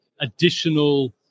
additional